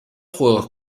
juegos